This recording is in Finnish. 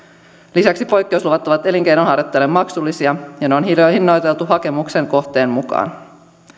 lisäksi poikkeusluvat ovat elinkeinonharjoittajalle maksullisia ja ne on hinnoiteltu hakemuksen kohteen mukaan